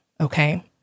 Okay